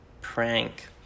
prank